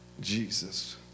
Jesus